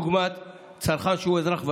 דוגמת צרכן שהוא אזרח ותיק,